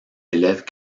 élèves